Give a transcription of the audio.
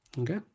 Okay